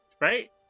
right